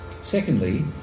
Secondly